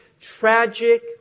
tragic